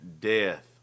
death